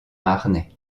harnais